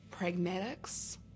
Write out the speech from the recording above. pragmatics